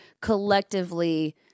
collectively